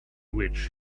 which